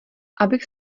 abych